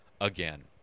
again